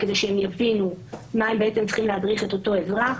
כדי שהם יבינו מה הם צריכים להדריך את אותו אזרח.